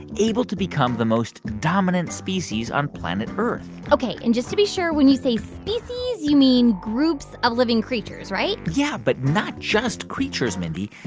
able to become the most dominant species on planet earth ok, and just to be sure, when you say species, you mean groups of living creatures, right? yeah, but not just creatures, mindy.